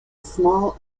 small